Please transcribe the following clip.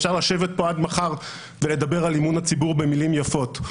אפשר לשבת פה עד מחר ולדבר על אמון הציבור במילים יפות.